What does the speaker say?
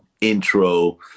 intro